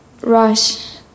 rush